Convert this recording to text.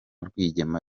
rwigema